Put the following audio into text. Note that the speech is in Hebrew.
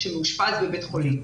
שמאושפז בבית החולים.